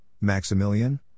Maximilian